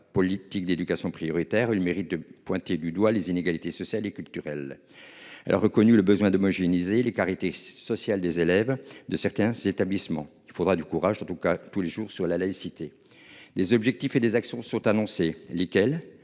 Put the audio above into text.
politique d'éducation prioritaire, eu le mérite de pointer du doigt les inégalités sociales et culturelles. Alors reconnu le besoin d'homogénéiser les karité sociale des élèves de certains établissements. Il faudra du courage en tout cas tous les jours sur la laïcité. Des objectifs et des actions sont annoncés. Lesquelles